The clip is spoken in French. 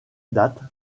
date